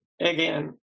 again